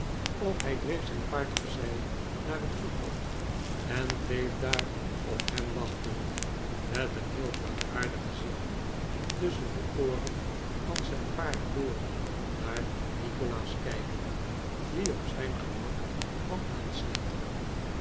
of hij dreef zijn paard op zij naar het voetpad en bleef daar op hem wachten met een heel kwaadaardig gezicht tusschen de ooren van zijn paard door naar nikolaas kijkend die op zijn gemak kwam